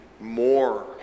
more